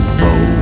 bow